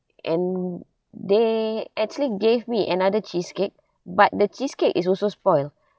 and they actually gave me another cheesecake but the cheesecake is also spoil